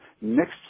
next